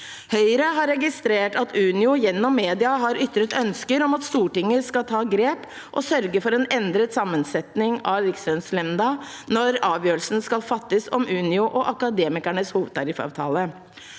Høyre har registrert at Unio gjennom media har ytret ønske om at Stortinget skal ta grep og sørge for en endret sammensetning av Rikslønnsnemnda når avgjørelsen om Unio og Akademikernes hovedtariffavtale